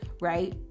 right